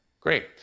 Great